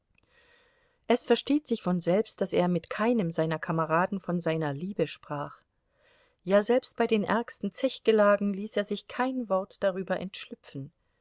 es versteht sich von selbst daß er mit keinem seiner kameraden von seiner liebe sprach ja selbst bei den ärgsten zechgelagen ließ er sich kein wort darüber entschlüpfen